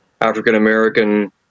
African-American